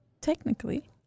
Technically